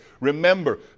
Remember